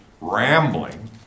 rambling